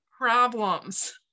Problems